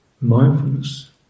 mindfulness